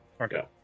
Okay